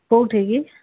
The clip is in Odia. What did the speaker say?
କୋଉଠିକି